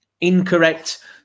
incorrect